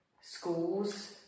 schools